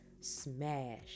smash